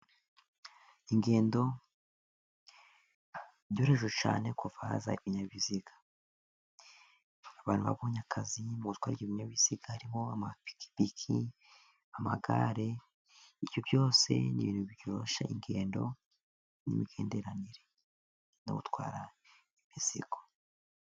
Ingendo byoroheje cyane ko baza ibinyabiziga abantu babonye akazi mu gutwara ibyo binyabiziga harimo amapikipiki, amagare. Ibyo byose ni ibintu byoroshya ingendo n'imigenderanire no gutwara imizigo.